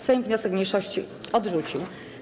Sejm wniosek mniejszości odrzucił.